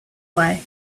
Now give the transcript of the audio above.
way